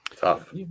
Tough